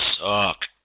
suck